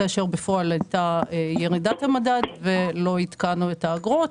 כאשר בפועל הייתה ירידת המדד ולא עדכנו את האגרות.